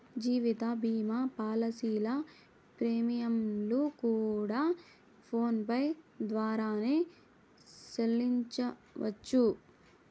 జీవిత భీమా పాలసీల ప్రీమియంలు కూడా ఫోన్ పే ద్వారానే సెల్లించవచ్చు